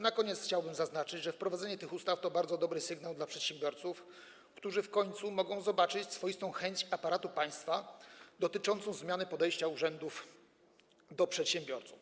Na koniec chciałbym zaznaczyć, że wprowadzenie tych ustaw to bardzo dobry sygnał dla przedsiębiorców, którzy w końcu mogą zobaczyć swoistą chęć aparatu państwa dotyczącą zmiany podejścia urzędów do przedsiębiorców.